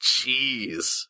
jeez